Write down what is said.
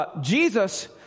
Jesus